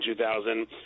2000